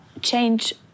change